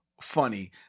funny